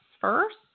first